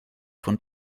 von